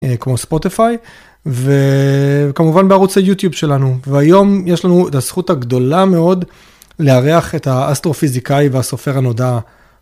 כמו spotify, וכמובן בערוץ היוטיוב שלנו. והיום יש לנו את הזכות הגדולה מאוד לארח את האסטרופיזיקאי והסופר הנודע